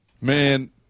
Man